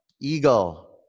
eagle